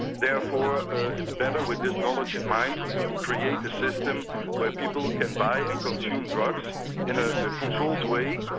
therefore it's better, with this knowledge in mind, to create a system where people can buy and consume drugs in a controlled way,